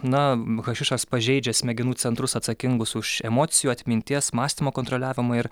na hašišas pažeidžia smegenų centrus atsakingus už emocijų atminties mąstymo kontroliavimą ir